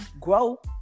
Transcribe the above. grow